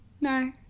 No